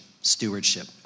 stewardship